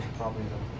probably